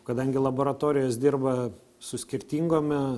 kadangi laboratorijos dirba su skirtingomi